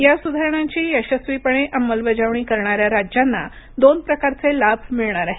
या सुधारणांची यशस्वीपणे अंमलबजावणी करणाऱ्या राज्यांना दोन प्रकारचे लाभ मिळणार आहेत